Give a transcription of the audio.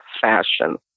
fashion